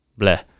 bleh